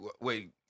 wait